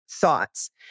Thoughts